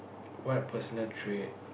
what personal trait